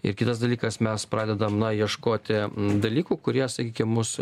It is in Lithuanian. ir kitas dalykas mes pradedam na ieškoti dalykų kurie sakykim mus